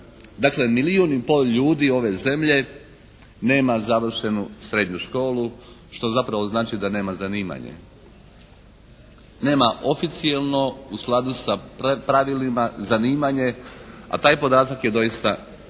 Dakle milijun i pol ljudi ove zemlje nema završenu srednju školu, što zapravo znači da nema zanimanje. Nema ofocijelno u skladu sa pravilima zanimanje, a taj podatak je doista